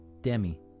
Demi